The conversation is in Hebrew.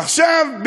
עכשיו,